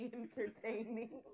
entertaining